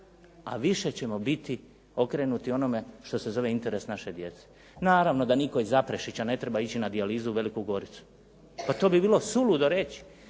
a više ćemo biti okrenuti onome što se zove interes naše djece. Naravno da nitko iz Zaprešića ne treba ići na dijalizu u Veliku Goricu. Pa to bi bilo suludo reći.